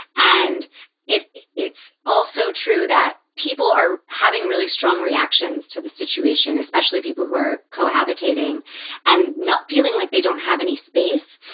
and it it's also true that people are having really strong reactions to the situation, especially people who are cohabiting and not feeling like they don't have any space.